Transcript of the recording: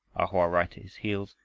a hoa right at his heels,